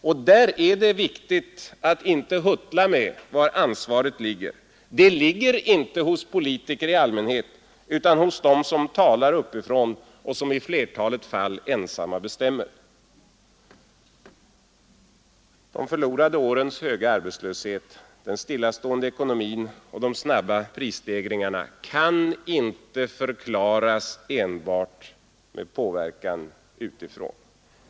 Och där är det viktigt att inte huttla med var ansvaret ligger; det ligger inte hos politiker i allmänhet utan hos dem som talar uppifrån och som i flertalet fall ensamma bestämmer. De förlorade årens höga arbetslöshet, den stillastående ekonomin och de snabba prisstegringarna kan inte förklaras enbart med påverkan utifrån.